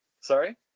Sorry